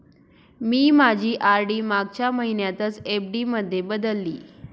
मी माझी आर.डी मागच्या महिन्यातच एफ.डी मध्ये बदलली